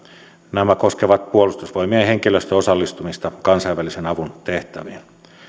nämä koskevat puolustusvoimien henkilöstön osallistumista kansainvälisen avun tehtäviin